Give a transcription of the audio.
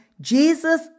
Jesus